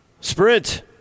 Sprint